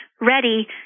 ready